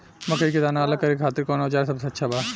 मकई के दाना अलग करे खातिर कौन औज़ार सबसे अच्छा बा?